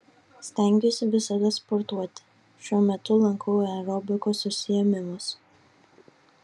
stengiuosi visada sportuoti šiuo metu lankau aerobikos užsiėmimus